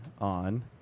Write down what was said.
on